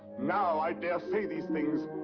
now i dare say these things!